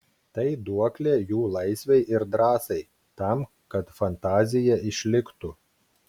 tai duoklė jų laisvei ir drąsai tam kad fantazija išliktų